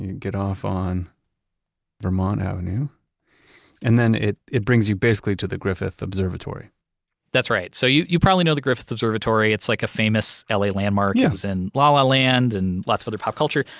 and get off on vermont avenue and then it it brings you basically to the griffith observatory that's right. so you you probably know the griffith observatory. it's like a famous la landmark, was in lala land and lots of other pop culture,